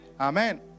Amen